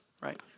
right